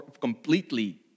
completely